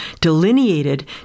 delineated